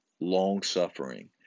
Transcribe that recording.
long-suffering